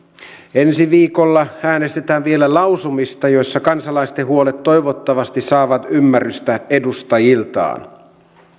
ensi viikolla äänestetään vielä lausumista joissa kansalaisten huolet toivottavasti saavat ymmärrystä edustajiltaan